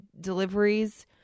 deliveries